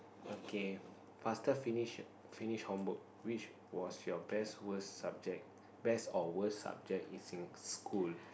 okay faster finish finish homework which was your best worse subject best or worse subject in sing school